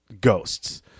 ghosts